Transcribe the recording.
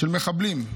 של מחבלים,